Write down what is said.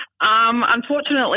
Unfortunately